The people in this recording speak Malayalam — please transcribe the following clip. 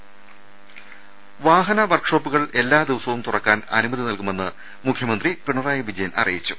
ദേദ വാഹന വർക്ക് ഷോപ്പുകൾ എല്ലാ ദിവസവും തുറക്കാൻ അനുമതി നൽകുമെന്ന് മുഖ്യമന്ത്രി പിണറായി വിജയൻ അറിയിച്ചു